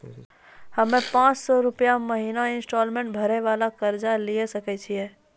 हम्मय पांच सौ रुपिया महीना इंस्टॉलमेंट भरे वाला कर्जा लिये सकय छियै?